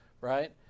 right